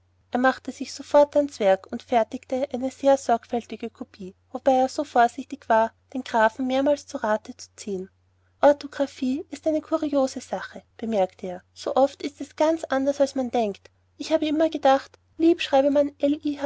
er machte sich sofort ans werk und fertigte eine sehr sorgfältige kopie wobei er so vorsichtig war den grafen mehrmals zu rate zu ziehen o'thographie ist eine kuriose sache bemerkte er so oft ist es ganz anders als man denkt ich habe immer gedacht lieb schreibe man